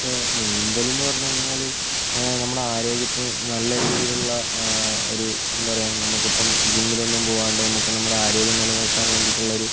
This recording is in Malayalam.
ഇപ്പോൾ നീന്തൽ എന്ന് പറഞ്ഞുകഴിഞ്ഞാൽ നമ്മുടെ ആരോഗ്യത്തിന് നല്ല രീതിയിലുള്ള ഒരു എന്താ പറയാ നമുക്കിപ്പം ജിമ്മിലൊന്നും പോവാണ്ട് നമുക്ക് നമ്മുടെ ആരോഗ്യം നില നിർത്താൻ വേണ്ടീട്ടുള്ളൊരു